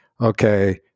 okay